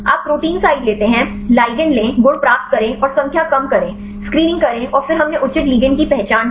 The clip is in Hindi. आप प्रोटीन साइट लेते हैं लिगैंड लें गुण प्राप्त करें और संख्या कम करें स्क्रीनिंग करें और फिर हमने उचित लिगेंड की पहचान की